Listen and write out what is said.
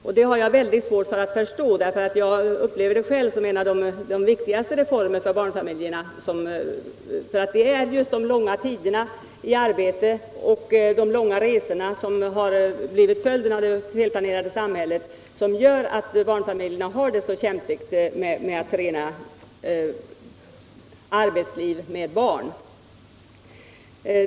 Jag har mycket svårt att förstå detta. Jag upplever själv denna sak som en av de viktigaste för barnfamijerna. Det är de långa arbetstiderna och de långa resorna, vilka blivit en följd av det felplanerade samhället, som gör att barnfamiljerna har det svårt med att kunna förena arbetsliv och barn.